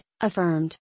affirmed